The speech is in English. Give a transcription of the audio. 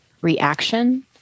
reaction